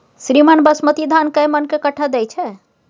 श्रीमान बासमती धान कैए मअन के कट्ठा दैय छैय?